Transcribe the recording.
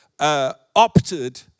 Opted